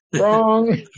Wrong